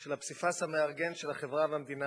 של הפסיפס המארגן של החברה והמדינה בישראל.